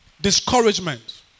discouragement